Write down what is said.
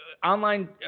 Online